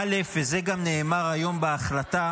א', וזה גם נאמר היום בהחלטה,